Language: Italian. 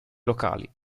locali